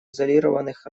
изолированных